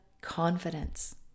confidence